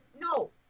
no